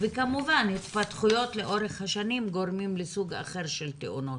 כמובן התפתחויות לאורך השנים גורמות לסוג אחר של תאונות,